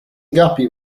guppy